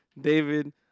David